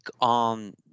on